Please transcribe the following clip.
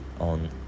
on